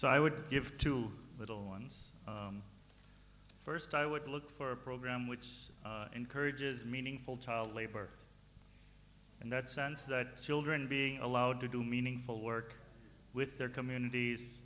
so i would give two little ones first i would look for a program which encourages meaningful child labor and that sense that children are being allowed to do meaningful work with their communities